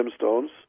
gemstones